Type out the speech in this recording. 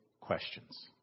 questions